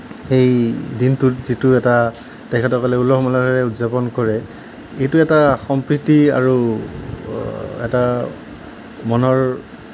এই দিনটোত যিটো এটা তেখেতসকলে উলহ মালহেৰে উদযাপন কৰে এইটো এটা সম্প্ৰীতি আৰু এটা মনৰ